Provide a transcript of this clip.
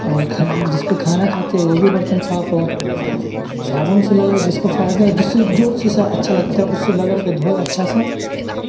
اور کھر جس پہ کھانا کھاتے ہیں وہ بھی برتن صاف ہو صابن سے لگ رہے جس کو فائدہ جس سے جو چیز سے اچھا لگتا ہے اس سے رگڑ کے دھوئے اچھا سے